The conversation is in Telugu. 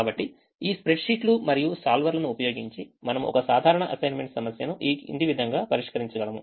కాబట్టి ఈ స్ప్రెడ్ షీట్లు మరియు solver లను ఉపయోగించి మనము ఒక సాధారణ అసైన్మెంట్ సమస్యను ఈ విధంగా పరిష్కరించగలము